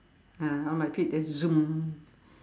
ah on my feet then zoom